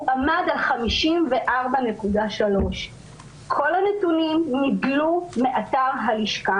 עמד על 54.3. כל הנתונים נדלו מאתר הלשכה,